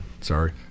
Sorry